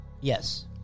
Yes